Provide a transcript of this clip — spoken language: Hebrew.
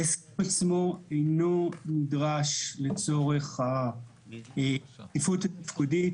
ההסכם עצמו אינו נדרש לצורך העדיפות התפקודית,